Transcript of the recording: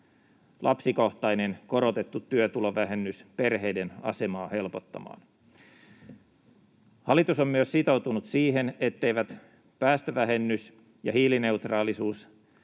lapsikohtainen korotettu työtulovähennys perheiden asemaa helpottamaan. Hallitus on myös sitoutunut siihen, etteivät päästövähennys- ja hiilineutraalisuustavoitteisiin